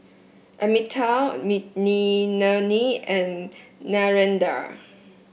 Amitabh Makineni and Narendra